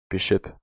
Bishop